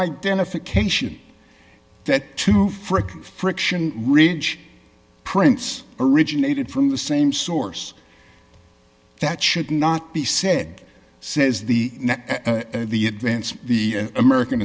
identification that to frag friction ridge prince originated from the same source that should not be said says the the advance of the american